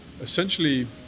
essentially